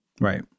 Right